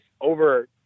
over